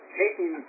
taking